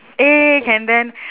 egg and then